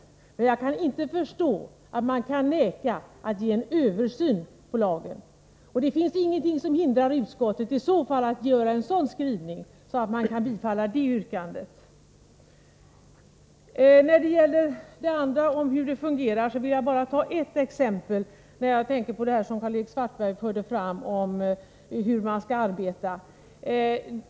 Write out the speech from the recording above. Däremot kan jag inte förstå hur man kan neka att låta göra en översyn av lagen. Det finns ingenting som hindrar utskottet att i så fall göra en sådan skrivning att man kan bifalla detta yrkande. Beträffande hur det fungerar vill jag bara ta ett exempel. Jag tänker på det som Karl-Erik Svartberg sade om hur man skall arbeta.